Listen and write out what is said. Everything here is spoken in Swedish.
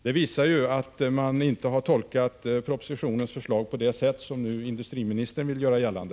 Detta visar att man inte tolkat propositionens förslag på det sätt som industriministern vill göra gällande.